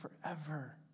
forever